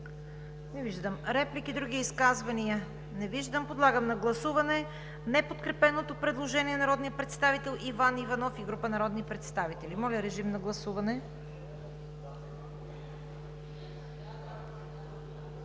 Не виждам. Други изказвания? Не виждам. Подлагам на гласуване неподкрепеното предложение на народния представител Иван Иванов и група народни представители. Гласували